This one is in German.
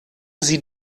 sie